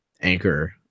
anchor